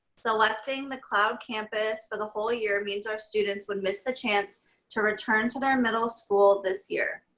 selecting the cloud campus for the whole year means our students would miss the chance to return to their middle school this year.